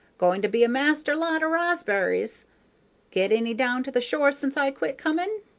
goin' to be a master lot o' rosbries get any down to the shore sence i quit comin'?